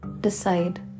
decide